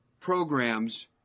programs